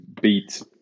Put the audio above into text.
beat